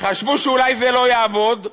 חשבו שאולי זה לא יעבוד,